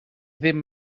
ddim